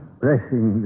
blessing